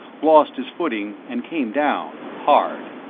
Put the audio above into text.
lost his footing, and came down, hard,